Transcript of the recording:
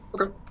Okay